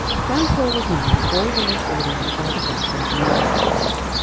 the phone call was made all the less ordinary by the background noises.